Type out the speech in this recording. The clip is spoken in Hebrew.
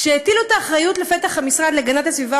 כשהטילו את האחריות לפתח המשרד להגנת הסביבה,